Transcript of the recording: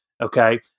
okay